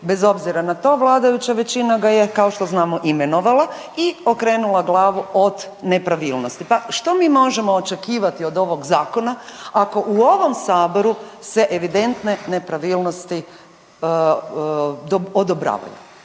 Bez obzira na to vladajuća većina ga je kao što znamo imenovala i okrenula glavu od nepravilnosti. Pa što mi možemo očekivati od ovog zakona ako u ovom saboru se evidentne nepravilnosti odobravaju?